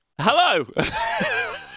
Hello